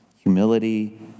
Humility